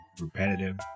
repetitive